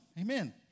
Amen